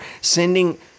sending